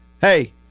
Hey